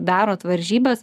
darot varžybas